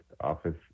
office